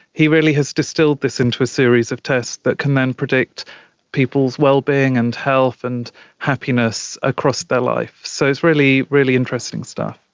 he really has distilled this into a series of tests that can then predict people's well-being and health and happiness across their life. so it's really, really interesting stuff.